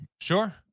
sure